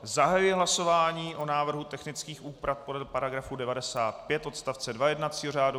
Zahajuji hlasování o návrhu technických úprav podle § 95 odst. 2 jednacího řádu.